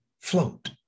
float